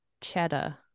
cheddar